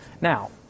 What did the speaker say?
Now